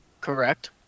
Correct